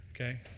Okay